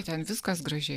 ten viskas gražiai